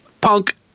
punk